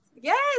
Yes